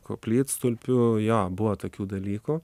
koplytstulpių jo buvo tokių dalykų